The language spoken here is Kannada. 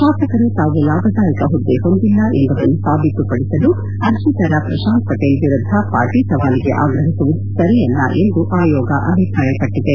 ಶಾಸಕರು ತಾವು ಲಾಭದಾಯಕ ಹುದ್ದೆ ಹೊಂದಿಲ್ಲ ಎಂಬುದನ್ನು ಸಾಬೀತು ಪಡಿಸಲು ಅರ್ಜಿದಾರ ಪ್ರಶಾಂತ್ ಪಟೇಲ್ ವಿರುದ್ದ ಪಾಟಿ ಸವಾಲಿಗೆ ಆಗ್ರಹಿಸುವುದು ಸರಿಯಲ್ಲ ಎಂದು ಆಯೋಗ ಅಭಿಪ್ರಾಯಪಟ್ಟಿದೆ